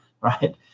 right